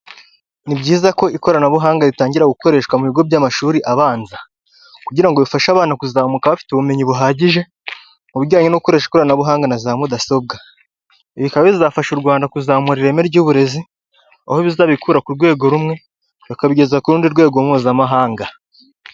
Ni byiza ko ikoranabuhanga ritangira gukoreshwa mu bigo by’amashuri abanza, kugira ngo bifashe abana kuzamuka bafite ubumenyi buhagije mu bijyanye no gukoresha ikoranabuhanga na za mudasobwa. Ibi bikaba bizafasha u Rwanda kuzamura ireme ry’uburezi, aho bizabikura ku rwego rumwe, bakabigeza ku rundi rwego mpuzamahanga.